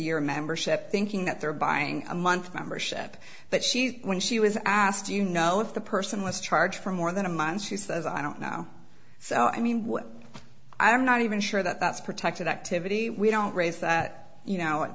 year membership thinking that they're buying a month membership that she when she was asked you know if the person was charged for more than a month she says i don't now so i mean what i am not even sure that that's protected activity we don't raise that you know at